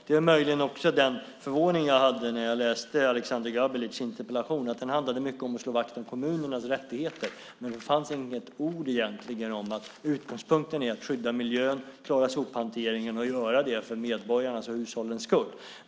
Det var möjligen också det som förvånade mig när jag läste Aleksander Gabelics interpellation, nämligen att den handlade mycket om att slå vakt om kommunernas rättigheter men att det egentligen inte fanns några ord om att utgångspunkten är att skydda miljön, klara sophanteringen och göra det för medborgarnas och hushållens skull.